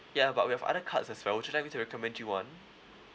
ya but we have other cards as well would you like me to recommend you one